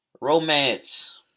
Romance